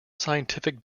scientific